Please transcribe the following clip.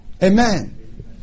Amen